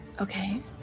Okay